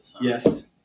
Yes